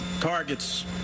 targets